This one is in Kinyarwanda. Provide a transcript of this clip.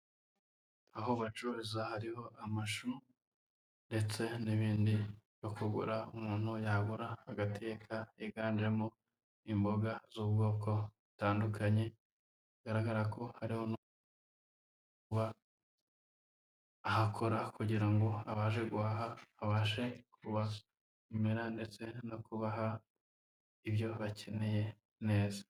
Aho bacururiza hariho amashu, ndetse n'ibindi byo kugura umuntu yagura agateka, byiganjemo imboga z'ubwoko butandukanye, bigaragara ko ari n'uwahakora kugira ngo abaje guhaha abashe kubapimira ndetse no kubaha ibyo bakeneye neza.